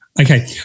okay